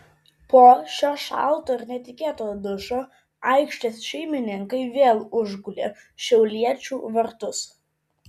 po šio šalto ir netikėto dušo aikštės šeimininkai vėl užgulė šiauliečių vartus